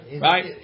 right